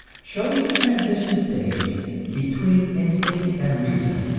shows the transition stage between instinct and reason,